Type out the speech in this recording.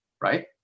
right